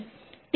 તેથી આ 0